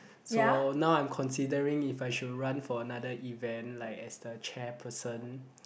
so now I'm considering if I should run for another event like as the chair person